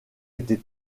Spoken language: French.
été